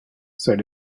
said